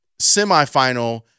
semifinal